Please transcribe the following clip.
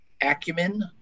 acumen